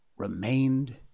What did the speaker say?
Remained